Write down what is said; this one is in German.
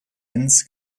enns